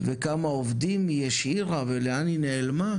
וכמה עובדים יש ולאן היא נעלמה.